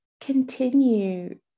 continue